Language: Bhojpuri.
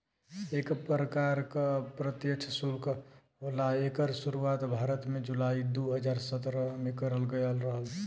एक परकार के अप्रत्यछ सुल्क होला एकर सुरुवात भारत में जुलाई दू हज़ार सत्रह में करल गयल रहल